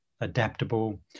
adaptable